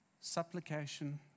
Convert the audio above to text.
supplication